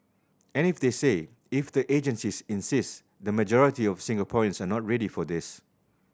and if they say if the agencies insist the majority of Singaporeans are not ready for this